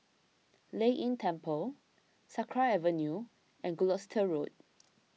Lei Yin Temple Sakra Avenue and Gloucester Road